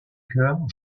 chœur